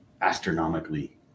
astronomically